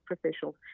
professionals